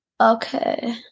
Okay